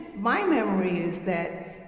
my memory is that,